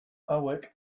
hauek